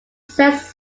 sets